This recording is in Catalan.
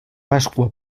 pasqua